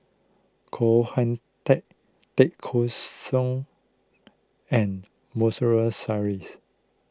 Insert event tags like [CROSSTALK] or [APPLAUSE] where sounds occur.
Koh Hoon Teck Tay Kheng Soon and [UNINTELLIGIBLE]